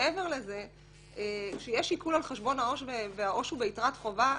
מעבר לזה שיש עיקול על חשבון העו"ש והעו"ש הוא ביתרת חובה,